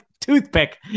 toothpick